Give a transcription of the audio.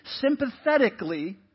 sympathetically